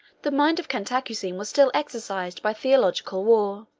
the mind of cantacuzene was still exercised by theological war.